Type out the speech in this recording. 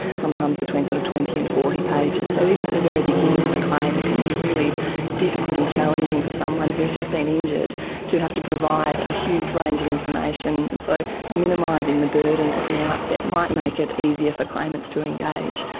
sometimes between sort of twenty and forty pages. so even at the very beginning of a claim it can be really difficult and challenging for someone who has just been injured to have to provide a huge range of information. and so minimising the burden at the outset might and make it easier for claimants to engage.